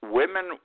women